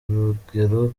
urugero